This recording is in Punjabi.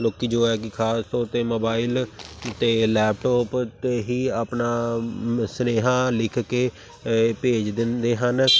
ਲੋਕ ਜੋ ਹੈ ਕਿ ਖਾਸ ਤੌਰ 'ਤੇ ਮੋਬਾਇਲ ਅਤੇ ਲੈਪਟੋਪ 'ਤੇ ਹੀ ਆਪਣਾ ਸੁਨੇਹਾ ਲਿਖ ਕੇ ਭੇਜ ਦਿੰਦੇ ਹਨ